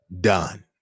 done